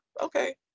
okay